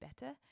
better